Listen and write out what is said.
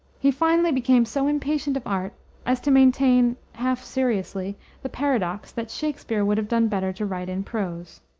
he finally became so impatient of art as to maintain half-seriously the paradox that shakspere would have done better to write in prose.